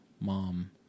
mom